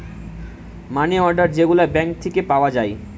মানি order যে গুলা bank থিকে পাওয়া যায়